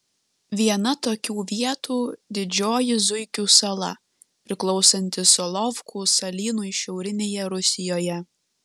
viena tokių vietų didžioji zuikių sala priklausanti solovkų salynui šiaurinėje rusijoje